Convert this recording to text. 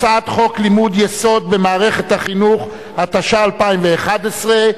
הצעת חוק לימודי יסוד במערכת החינוך, התשע"א 2011,